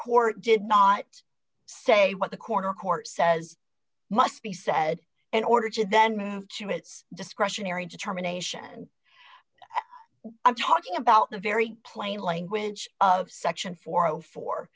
court did not say what the corner court says must be said in order to then have two minutes discretionary determination i'm talking about the very plain language of section four